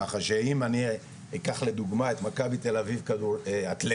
ככה שאם אני אקח לדוגמא את מכבי תל אביב אתלטיקה,